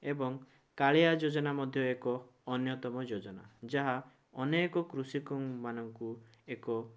ଏବଂ କାଳିଆ ଯୋଜନା ମଧ୍ୟ ଏକ ଅନ୍ୟତମ ଯୋଜନା ଯାହା ଅନେକ କୃଷକଙ୍କମାନଙ୍କୁ ଏକ